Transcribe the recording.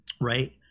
right